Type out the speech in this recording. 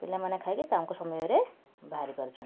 ପିଲାମାନେ ଖାଇକି ତାଙ୍କ ସମୟରେ ବାହାରି ପାରୁଛନ୍ତି